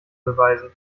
beweisen